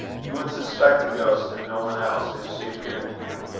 you would suspect the ghost and no one else if she appeared to you,